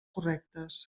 correctes